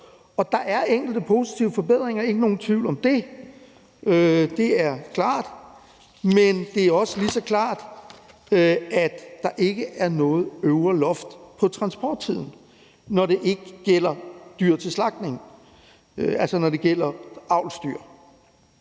Der er enkelte positive forbedringer, ikke nogen tvivl om det; det er klart. Men det er også lige så klart, at der ikke er noget øvre loft for transporttiden, når det ikke gælder dyr til slagtning, dvs. når det gælder avlsdyr.